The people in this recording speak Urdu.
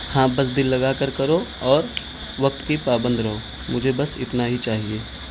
ہاں بس دل لگا کر کرو اور وقت کی پابند رہو مجھے بس اتنا ہی چاہئے